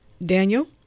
Daniel